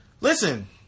listen